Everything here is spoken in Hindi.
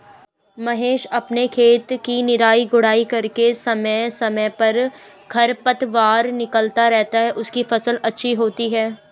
महेश अपने खेत की निराई गुड़ाई करके समय समय पर खरपतवार निकलता रहता है उसकी फसल अच्छी होती है